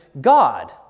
God